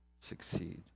succeed